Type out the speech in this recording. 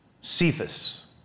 Cephas